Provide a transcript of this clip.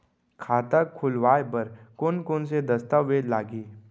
खाता खोलवाय बर कोन कोन से दस्तावेज लागही?